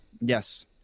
Yes